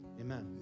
Amen